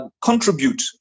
contribute